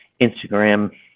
Instagram